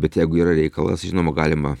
bet jeigu yra reikalas žinoma galima